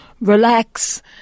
relax